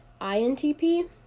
INTP